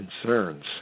concerns